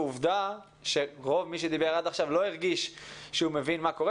ועובדה שהרוב מבין הדוברים עד עכשיו לא הרגיש שהוא מבין מה שקורה.